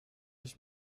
ich